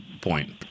point